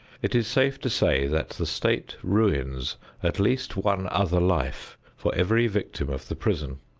it is safe to say that the state ruins at least one other life for every victim of the prison.